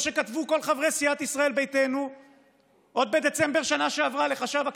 כמו שכתבו כל חברי סיעת ישראל ביתנו עוד בדצמבר שנה שעברה לחשב הכנסת,